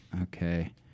okay